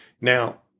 Now